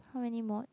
how many mods